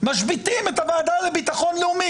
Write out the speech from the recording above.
משביתים את הוועדה לביטחון לאומי,